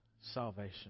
salvation